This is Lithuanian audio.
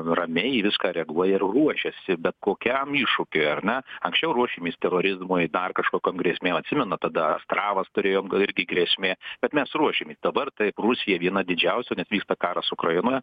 ramiai į viską reaguoja ir ruošiasi bet kokiam iššūkiui ar ne anksčiau ruošėmės terorizmui dar kažkokiom grėsmėm atsimenat tada astravas turėjo irgi grėsmė bet mes ruošiamės dabar taip rusija viena didžiausių nes vyksta karas ukrainoje